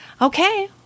Okay